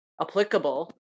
applicable